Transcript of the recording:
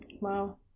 Wow